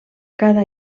cada